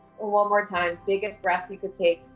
one more time, biggest breath you can take.